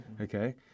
okay